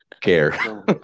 care